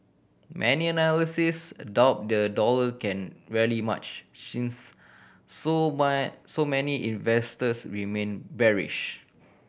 many analysts a doubt the dollar can rally much since so so many investors remain bearish